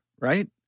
right